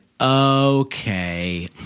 okay